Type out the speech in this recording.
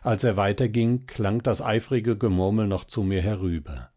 als er weiter ging klang das eifrige gemurmel noch zu mir herüber